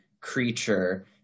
creature